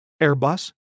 Airbus